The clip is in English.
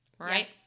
Right